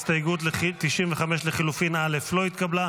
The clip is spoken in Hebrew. הסתייגות 95 לחלופין א' לא התקבלה.